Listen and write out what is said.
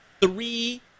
three